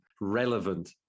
relevant